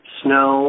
snow